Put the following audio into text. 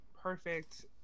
perfect